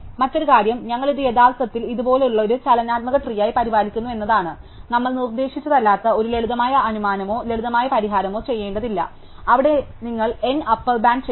മറ്റൊരു കാര്യം ഞങ്ങൾ ഇത് യഥാർത്ഥത്തിൽ ഇതുപോലുള്ള ഒരു ചലനാത്മക ട്രീയി പരിപാലിക്കുന്നു എന്നതാണ് നമ്മൾ നിർദ്ദേശിച്ചതല്ലാത്ത ഒരു ലളിതമായ അനുമാനമോ ലളിതമായ പരിഹാരമോ ചെയ്യേണ്ടതില്ല അവിടെ ഞങ്ങൾ N അപ്പർ ബാൻഡ് ചെയ്യുന്നു